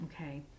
Okay